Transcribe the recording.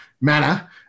manner